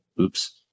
Oops